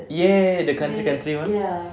ya the country country one